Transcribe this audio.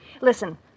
Listen